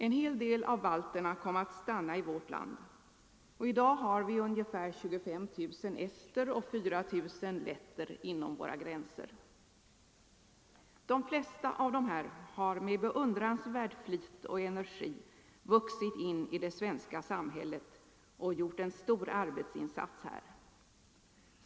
En hel del av balterna kom att stanna i vårt land, och i dag har vi ungefär 25 000 ester och 4000 letter inom våra gränser. De flesta av dessa har med beundransvärd flit och energi vuxit in i det svenska samhället och gjort en god arbetsinsats här.